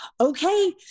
okay